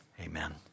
Amen